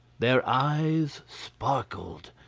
their eyes sparkled,